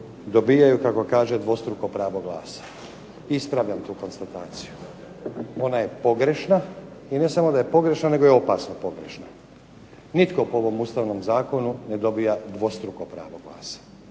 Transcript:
dobijaju kako kaže dvostruko pravo glasa. Ispravljam tu konstataciju. Ona je pogrešna i ne samo da je pogrešna, nego je opasno pogrešna. Nitko po ovom ustavnom zakonu ne dobija dvostruko pravo glasa,